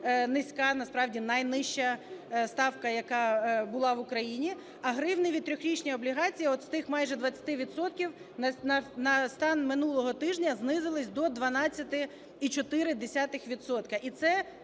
найнижча ставка, яка була в Україні, а гривневі трирічні облігації от з тих майже 20 відсотків на стан минулого тижня знизилися до 12,4